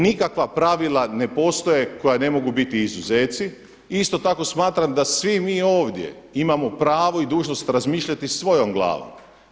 Nikakva pravila ne postoje koja ne mogu biti izuzeci i isto tako smatram da svi mi ovdje imamo pravo i dužnost razmišljati svojom glavom.